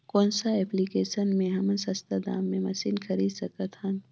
कौन सा एप्लिकेशन मे हमन सस्ता दाम मे मशीन खरीद सकत हन?